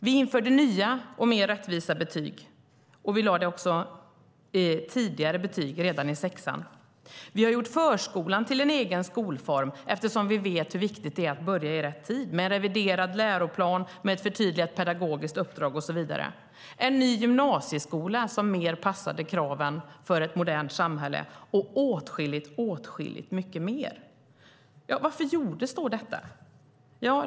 Vi införde nya och mer rättvisa betyg, och vi lade tidigare betyg - redan i sexan. Vi har gjort förskolan till en egen skolform eftersom vi vet hur viktigt det är att börja i rätt tid, med en reviderad läroplan, ett förtydligat pedagogiskt uppdrag och så vidare. Vi införde en ny gymnasieskola som bättre passar kraven för ett modernt samhälle och åtskilligt mycket mer. Varför gjordes då detta?